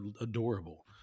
adorable